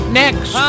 next